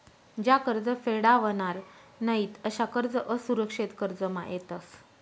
ज्या कर्ज फेडावनार नयीत अशा कर्ज असुरक्षित कर्जमा येतस